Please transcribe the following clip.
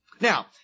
Now